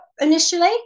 initially